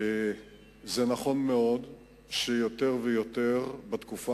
זה נכון מאוד שיותר ויותר משפחות בתקופה